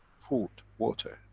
food, water,